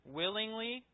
willingly